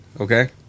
Okay